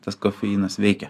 tas kofeinas veikia